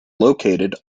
located